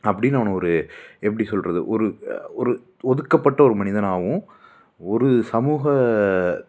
அப்படின்னு அவனை ஒரு எப்படி சொல்கிறது ஒரு ஒரு ஒதுக்கப்பட்ட ஒரு மனிதனாகவும் ஒரு சமூக